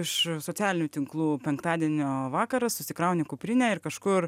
iš socialinių tinklų penktadienio vakaras susikrauni kuprinę ir kažkur